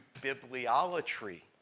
Bibliolatry